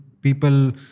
people